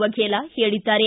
ವಫೇಲ ಹೇಳಿದ್ದಾರೆ